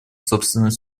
собственной